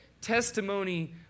testimony